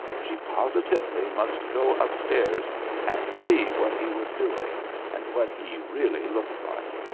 she positively must go up-stairs and see what he was doing and what he really looked like.